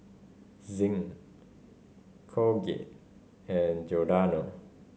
Zinc Colgate and Giordano